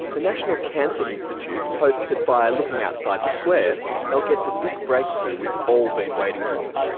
the national cancer institute hopes that by looking outside the square they'll get the big breakthrough we've all been waiting for.